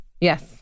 Yes